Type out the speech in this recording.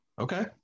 Okay